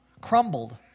crumbled